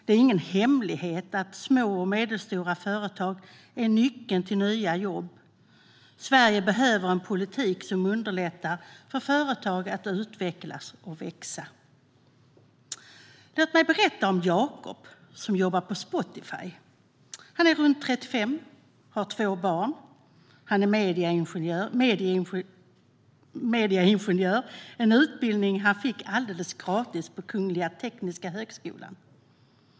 Det är ingen hemlighet att små och medelstora företag är nyckeln till nya jobb. Sverige behöver en politik som underlättar för företag att utvecklas och växa. Låt mig berätta om Jakob som jobbar på Spotify. Han är runt 35 år, och han har två barn. Han är medieingenjör - en utbildning han fick alldeles gratis på Kungliga Tekniska högskolan.